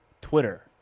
Twitter